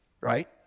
Right